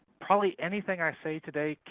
probably anything i say today,